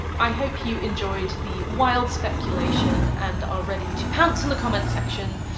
i hope you enjoyed the wild speculation, and are ready to pounce in the comment section!